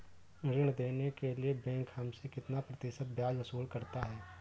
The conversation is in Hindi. ऋण देने के लिए बैंक हमसे कितना प्रतिशत ब्याज वसूल करता है?